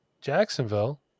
Jacksonville